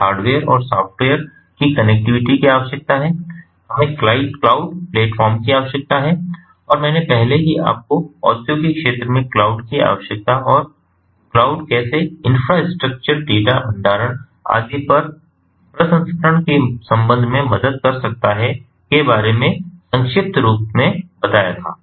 हमें हार्डवेयर और software connectivity की आवश्यकता है हमें क्लाउड प्लेटफॉर्म की आवश्यकता है और मैंने पहले ही आपको औद्योगिक क्षेत्र में क्लाउड की आवश्यकता और क्लाउड कैसे इन्फ्रास्ट्रक्चर डेटा भंडारण आदि पर प्रसंस्करण के संबंध में मदद कर सकता है के बारे में संक्षिप्त रूप से बताया था